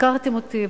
הפקרתם אותי.